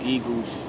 Eagles